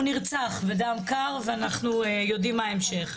נרצח בדם קר ואנחנו יודעים מה ההמשך.